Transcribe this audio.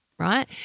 Right